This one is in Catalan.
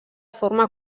forma